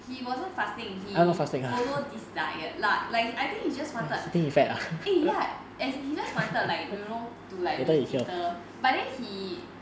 he wasn't fasting he follow this diet lah like I think he just wanted eh ya and he just wanted you know to be fitter but then he